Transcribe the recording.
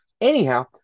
Anyhow